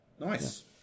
Nice